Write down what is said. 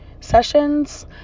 sessions